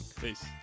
peace